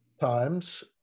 times